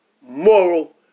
moral